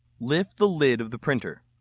lift the lid of the printer.